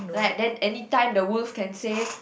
like then anytime the wolf can say